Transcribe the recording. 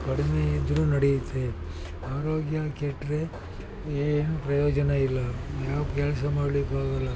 ಕಡಿಮೆ ಇದ್ದರು ನಡೆಯುತ್ತೆ ಆರೋಗ್ಯ ಕೆಟ್ಟರೆ ಏನೂ ಪ್ರಯೋಜನ ಇಲ್ಲ ಯಾವ ಕೆಲಸ ಮಾಡಲಿಕ್ಕು ಆಗೋಲ್ಲ